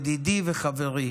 ידידי וחברי,